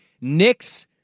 Knicks